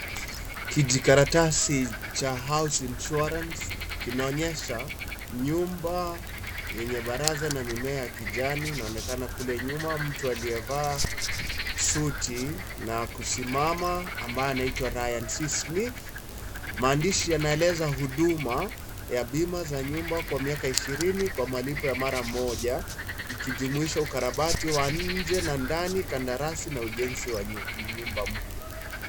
Kijikaratasi cha house insurance kinaonyesha nyumba yenye baraza na mimea ya kijani inaonekana kule nyuma mtu aliyevaa suti na kusimama ambaye anaitwa Ryan C. Smith. Maandishi yanaeleza huduma ya bima za nyumba kwa miaka ishirini kwa malipo ya mara moja ikijumuisha ukarabati wa nje na ndani, kandarasi na ujenzi wa nyumba mpya.